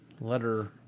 letter